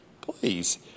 please